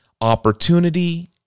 opportunity